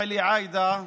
ברשותך, עאידה,